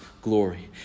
glory